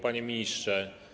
Panie Ministrze!